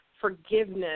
forgiveness